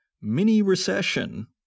mini-recession